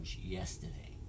yesterday